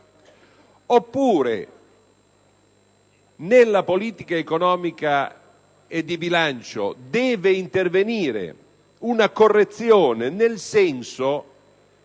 oppure nella politica economica e di bilancio deve intervenire una correzione, nel senso